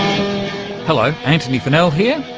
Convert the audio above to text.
hello, antony funnell here,